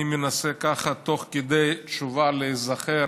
אני מנסה, ככה, תוך כדי תשובה, להיזכר